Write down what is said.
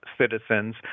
citizens